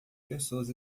pessoas